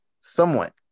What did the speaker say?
somewhat